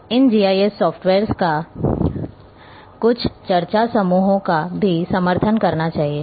तो इन GIS softwares को कुछ चर्चा समूहों का भी समर्थन करना चाहिए